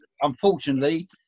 unfortunately